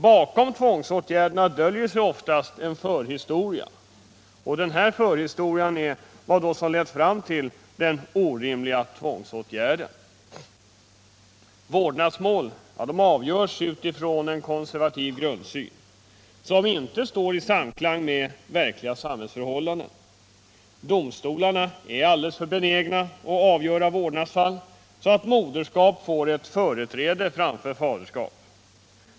Bakom Om åtgärder mot tvångsåtgärderna döljer sig ofta en förhistoria, och denna förhistoria är — tvångsingripanden i vad som lett fram till den orimliga tvångsåtgärden. vissa ärenden Vårdnadsmål avgörs utifrån en konservativ grundsyn, som inte står — rörande vårdnad av i samklang med verkliga samhällsförhållanden. Domstolarna är alldeles — barn för benägna att avgöra vårdnadsfall så, att moderskap får ett företräde framför faderskap.